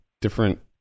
different